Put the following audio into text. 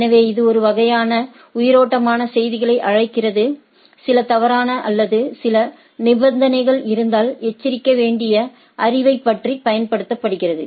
எனவே இது ஒரு வகையான உயிரோட்டமான செய்திகளை அழைக்கிறது சில தவறான அல்லது சில நிபந்தனைகள் இருந்தால் எச்சரிக்க வேண்டிய அறிவிப்பைப் பயன்படுத்துகிறது